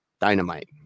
Dynamite